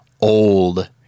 old